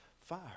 fire